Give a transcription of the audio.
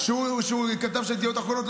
-- אמר פה שהוא כתב של ידיעות אחרונות.